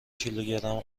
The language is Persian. کیلوگرم